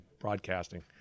broadcasting